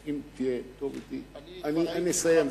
אני מסיים.